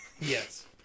Yes